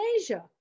Asia